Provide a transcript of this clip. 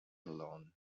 alone